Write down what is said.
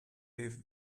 live